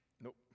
nope